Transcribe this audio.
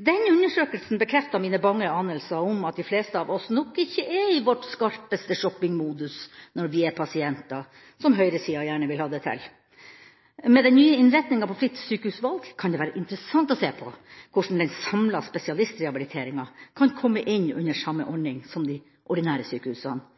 Den undersøkelsen bekreftet mine bange anelser om at de fleste av oss nok ikke er i vår skarpeste shoppingmodus når vi er pasienter – som høyresida gjerne vil ha det til. Med den nye innretninga på fritt sykehusvalg kan det være interessant å se på hvordan den samla spesialistrehabiliteringa kan komme inn under samme ordning som de ordinære sykehusene,